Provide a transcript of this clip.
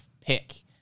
pick